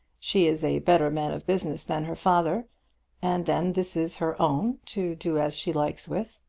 she is a better man of business than her father and then this is her own, to do as she likes with